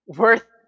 worth